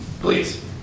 Please